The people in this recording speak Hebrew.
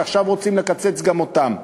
שעכשיו רוצים לקצץ גם אותם,